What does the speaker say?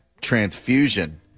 transfusion